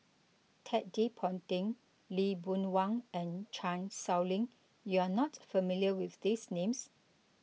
Ted De Ponti Lee Boon Wang and Chan Sow Lin you are not familiar with these names